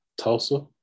Tulsa